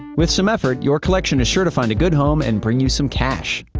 with some effort, your collection is sure to find a good home and bring you some cash.